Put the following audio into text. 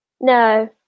No